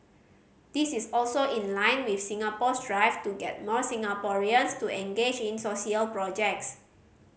this is also in line with Singapore's drive to get more Singaporeans to engage in social projects